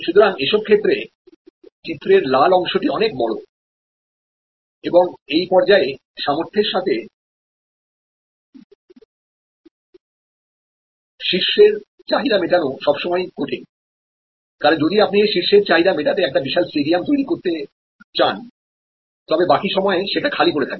সুতরাং এইসব ক্ষেত্রে চিত্রের লাল অংশটি অনেক বড় এবং এই পর্যায়ে সামর্থ্যের সাথে শীর্ষের চাহিদা মেটানো সবসময়ই কঠিন কারণ যদি আপনি এই শীর্ষের চাহিদা মেটাতে একটি বিশাল স্টেডিয়াম তৈরি করেন তবে বাকি সময়ে সেটি খালি পড়ে থাকবে